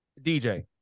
DJ